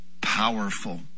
powerful